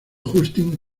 justin